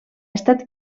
estat